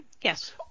Yes